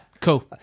cool